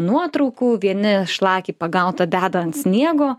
nuotraukų vieni šlakį pagautą deda ant sniego